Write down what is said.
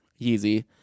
Yeezy